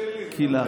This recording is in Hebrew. אל מי